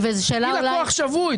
היא לקוח שבוי.